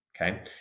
okay